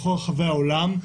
בכל רחבי העולם,